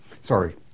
Sorry